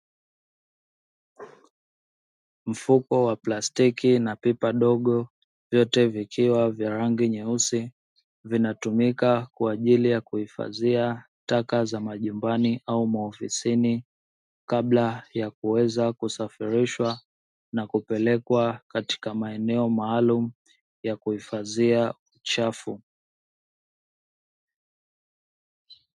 Mfuko wa plastiki na karatasi ndogo vyote zikiwa na rangi nyeusi, vinatumika kwa ajili ya kuhifadhi taka za majumbani au maofisini kabla ya kuweza kusafirishwa, na kupelekwa katika maeneo maalumu ya kuhifadhi uchafu.